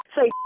Say